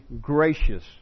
gracious